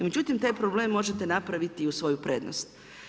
Međutim taj problem možete napraviti u svoju prednost.